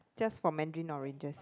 just for mandarin oranges